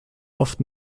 oft